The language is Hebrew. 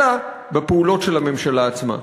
אלא בפעולות של הממשלה עצמה.